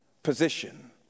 Position